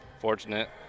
fortunate